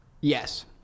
Yes